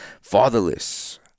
fatherless